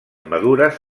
madures